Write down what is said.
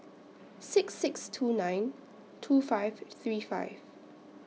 six six two nine two five three five